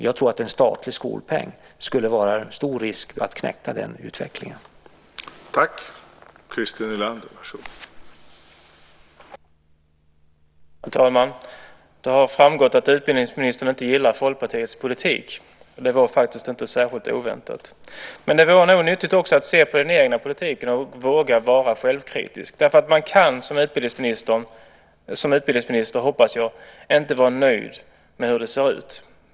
Jag tror att en statlig skolpeng skulle innebära en stor risk för att den utvecklingen knäcks.